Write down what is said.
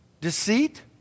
Deceit